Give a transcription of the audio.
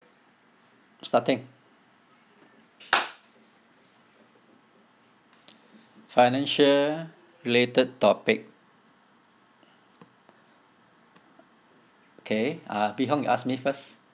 starting financial related topic okay uh bee hong you ask me first